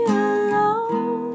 alone